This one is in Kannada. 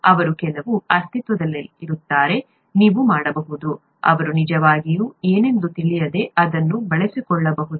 ಅವರು ಕೇವಲ ಅಸ್ತಿತ್ವದಲ್ಲಿರುತ್ತಾರೆ ನೀವು ಮಾಡಬಹುದು ಅವರು ನಿಜವಾಗಿಯೂ ಏನೆಂದು ತಿಳಿಯದೆ ಅದನ್ನು ಬಳಸಿಕೊಳ್ಳಬಹುದು